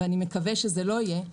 ואני מקווה שזה לא יהיה,